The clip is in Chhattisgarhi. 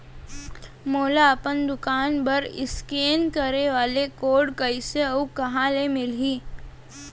मोला अपन दुकान बर इसकेन करे वाले कोड कइसे अऊ कहाँ ले मिलही?